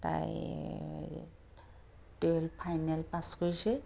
তাই twelve final pass কৰিছে